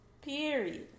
Period